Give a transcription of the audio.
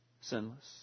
sinless